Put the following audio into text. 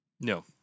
No